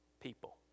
people